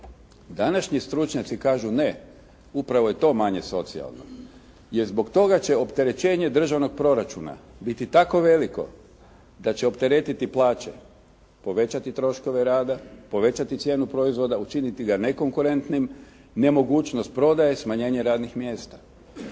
Današnji stručnjaci kažu ne, upravo je to manje socijalno. Jer zbog toga će opterećenje državnog proračuna biti tako veliko da će opteretiti plaće, povećati troškove rada, povećati cijenu proizvoda, učiniti ga nekonkurentnim, nemogućnost prodaje, smanjenje radnih mjesta.